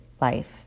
life